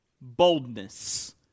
boldness